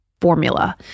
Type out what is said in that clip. formula